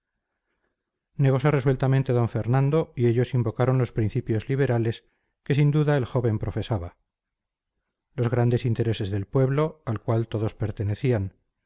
negose resueltamente d fernando y ellos invocaron los principios liberales que sin duda el joven profesaba los grandes intereses del pueblo al cual todos pertenecían